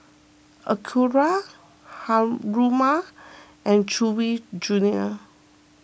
Acura Haruma and Chewy Junior